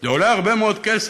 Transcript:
עולה הרבה מאוד כסף,